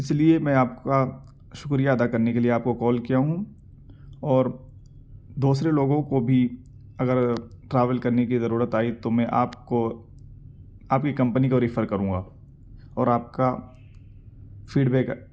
اس لیے میں آپ کا شکریہ ادا کرنے کے لیے آپ کو کال کیا ہوں اور دوسرے لوگوں کو بھی اگر ٹریول کرنے کی ضرورت آئی تو میں آپ کو آپ کی کمپنی کو ریفر کروں گا اور آپ کا فیڈ بیک